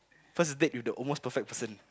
first date with the almost perfect person